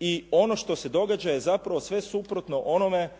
i ono što se događa je zapravo sve suprotno onome